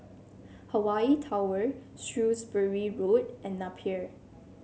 Hawaii Tower Shrewsbury Road and Napier